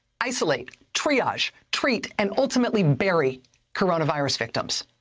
isolate, triage, treat and ultimately bury coronavirus victims